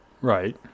Right